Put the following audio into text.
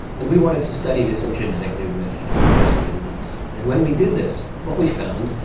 and we wanted to study this in genetically red haired, fair skinned mice. and when we did this what we found,